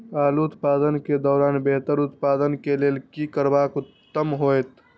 आलू उत्पादन के दौरान बेहतर उत्पादन के लेल की करबाक उत्तम होयत?